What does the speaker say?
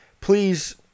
please